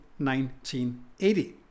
1980